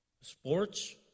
sports